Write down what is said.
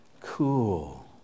Cool